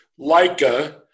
Leica